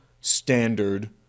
standard